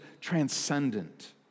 transcendent